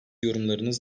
yorumlarınız